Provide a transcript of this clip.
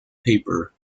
paper